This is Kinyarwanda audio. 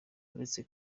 uretse